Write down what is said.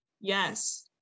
yes